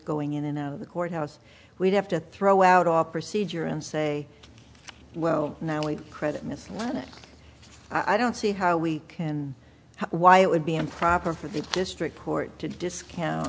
going in and out of the courthouse we'd have to throw out all procedure and say well now only credit miss on it i don't see how we can why it would be improper for the district court to discount